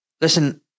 listen